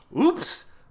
oops